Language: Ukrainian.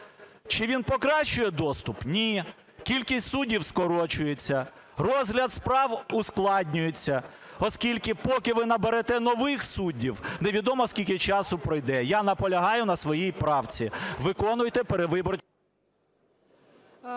Чи він покращує доступ? Ні. Кількість суддів скорочується, розгляд справ ускладнюється, оскільки поки ви наберете нових суддів, невідомо скільки часу пройде. Я наполягаю на своїй правці. Виконуйте передвиборчі…